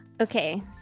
Okay